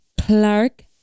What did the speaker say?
Clark